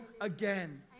again